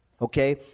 Okay